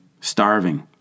starving